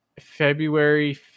February